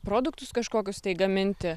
produktus kažkokius tai gaminti